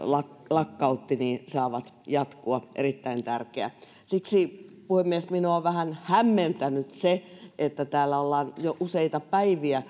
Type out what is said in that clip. lakkautti saavat jatkua erittäin tärkeää siksi puhemies minua on vähän hämmentänyt se että täällä ollaan jo useita päiviä